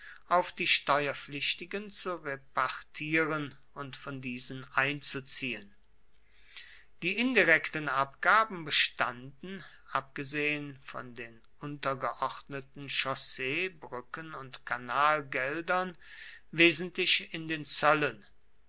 auf die steuerpflichtigen zu repartieren und von diesen einzuziehen die indirekten abgaben bestanden abgesehen von den untergeordneten chaussee brücken und kanalgeldern wesentlich in den zöllen